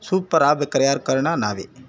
super ಆಗ್ಬೇಕಾದ್ರೆ ಯಾರು ಕಾರಣ ನಾವೇ